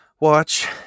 Watch